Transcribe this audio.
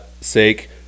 sake